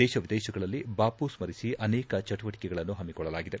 ದೇಶ ವಿದೇಶಗಳಲ್ಲಿ ಬಾಮ ಸ್ಮರಿಸಿ ಅನೇಕ ಚಟುವಟಿಕೆಗಳನ್ನು ಹಮ್ಮಿಕೊಳ್ಳಲಾಗಿದೆ